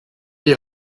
die